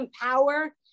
power